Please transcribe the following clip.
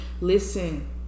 Listen